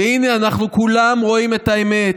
והינה, אנחנו כולם רואים את האמת: